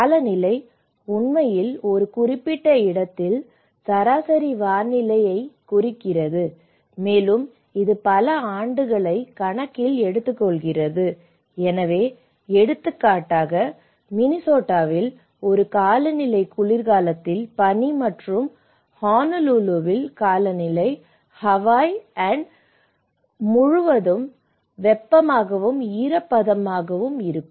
காலநிலை உண்மையில் ஒரு குறிப்பிட்ட இடத்தில் சராசரி வானிலை நிலையை குறிக்கிறது மேலும் இது பல ஆண்டுகளை கணக்கில் எடுத்துக்கொள்கிறது எனவே எடுத்துக்காட்டாக மினசோட்டாவில் ஒரு காலநிலை குளிர்காலத்தில் பனி மற்றும் ஹொனலுலுவில் காலநிலை ஹவாய் ஆண்டு முழுவதும் வெப்பமாகவும் ஈரப்பதமாகவும் இருக்கும்